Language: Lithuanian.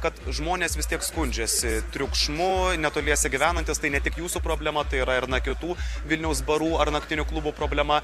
kad žmonės vis tiek skundžiasi triukšmu netoliese gyvenantys tai ne tik jūsų problema tai yra ir na kitų vilniaus barų ar naktinių klubų problema